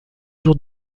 jour